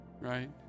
Right